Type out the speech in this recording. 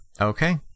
Okay